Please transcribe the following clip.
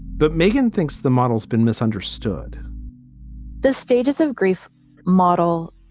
but megan thinks the model's been misunderstood the stages of grief model